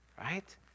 right